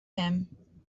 him